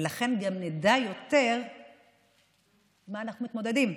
ולכן גם נדע יותר עם מה אנחנו מתמודדים,